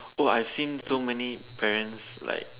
oh I've seen so many parents like